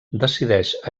decideix